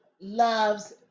loves